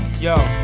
yo